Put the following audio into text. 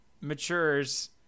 matures